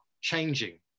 changing